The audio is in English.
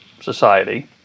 society